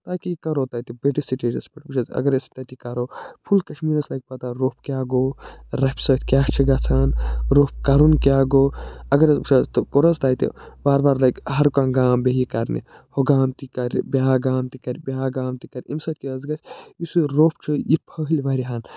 تاکہ یہِ کَرَو تَتہِ بٔڑِس سِٹیجَس پٮ۪ٹھ وُچھ حظ اگر أسۍ تَتہِ یہِ کَرَو فُل کَشمیٖرَس لَگہِ پتا روٚف کیٛاہ گوٚو روٚفہِ سۭتۍ کیٛاہ چھِ گژھان روٚف کَرُن کیٛاہ گوٚو اگر حظ وُچھ حظ کوٚر حظ تَتہِ بار بار لَگہِ ہر کانٛہہ گام بہیہِ یہِ کَرنہِ ہُہ گام تہِ کَرِ بیاکھ گام تہِ کَرِ بیاکھ گام تہِ کَرِ أمۍ سۭتۍ کیٛاہ حظ گژھِ یُس یہِ روٚف چھُ یہِ فہلہِ واریاہَن